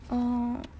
oh